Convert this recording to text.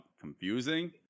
confusing